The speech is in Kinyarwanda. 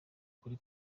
kuri